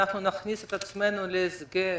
אנחנו נכניס את עצמנו להסגר